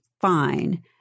fine